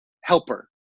helper